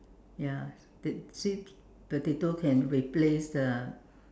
ya sweet sweet potato can replace the